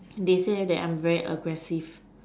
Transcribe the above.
they say that I'm very aggressive